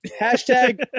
Hashtag